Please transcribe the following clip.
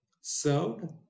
Served